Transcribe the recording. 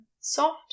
soft